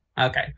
Okay